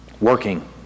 working